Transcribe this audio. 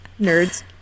Nerds